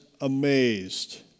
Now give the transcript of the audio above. amazed